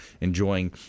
enjoying